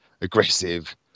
aggressive